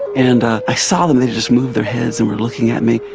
and i saw them, they just moved their heads and were looking at me,